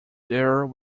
there